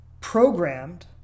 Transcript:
programmed